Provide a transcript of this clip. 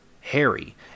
Harry